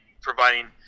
providing